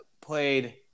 played